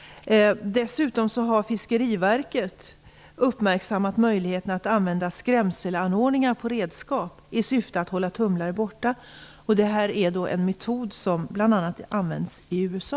Dessutom har Fiskeriverket uppmärksammat möjligheten att använda skrämselanordningar på redskap i syfte att hålla tumlare borta. Det är en metod som bl.a. används i USA.